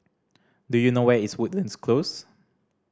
do you know where is Woodlands Close